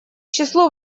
числу